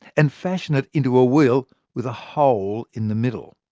and fashion it into a wheel with a hole in the middle.